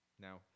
now